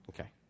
Okay